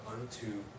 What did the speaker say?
unto